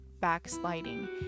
Backsliding